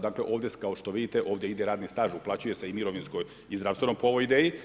Dakle ovdje kao što vidite, ovdje ide radni staž, uplaćuje se i mirovinsko i zdravstveno po ovoj ideji.